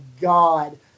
God